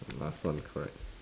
last one correct